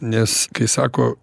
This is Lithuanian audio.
nes kai sako